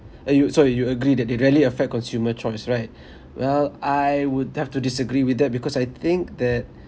uh you so you agree that they really affect consumer choice right well I would have to disagree with that because I think that